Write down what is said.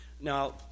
Now